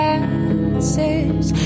answers